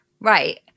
Right